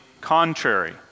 contrary